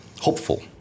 hopeful